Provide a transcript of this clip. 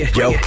yo